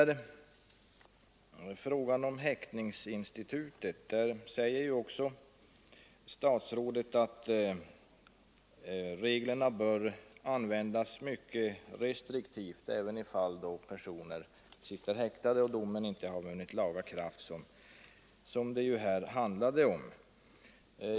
I fråga om häktningsinstitutet säger statsrådet också att reglerna bör användas mycket restriktivt även i fall då personer sitter häktade och domen inte vunnit laga kraft, vilket ju här var situationen.